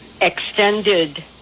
extended